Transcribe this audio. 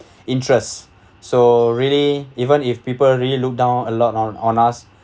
interest so really even if people really look down a lot on on us